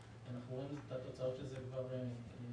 ראינו את התוצאות של זה כבר במכרז.